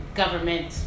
government